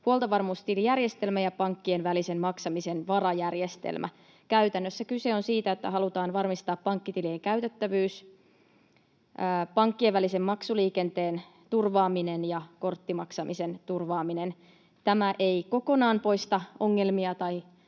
huoltovarmuustilijärjestelmä ja pankkien välisen maksamisen varajärjestelmä. Käytännössä kyse on siitä, että halutaan varmistaa pankkitilien käytettävyys, pankkien välisen maksuliikenteen turvaaminen ja korttimaksamisen turvaaminen. Tämä ei kokonaan poista ongelmia tai